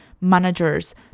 managers